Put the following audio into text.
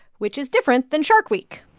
which is different than shark week.